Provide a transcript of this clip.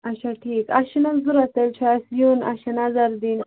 اچھا ٹھیٖکاسہِ چھِنَہ ضروٗرت تیٚلہِ چھُ اسہِ یُن اسہِ چھِ نَظر دِنۍ